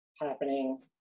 happening